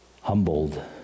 humbled